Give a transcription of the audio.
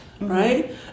right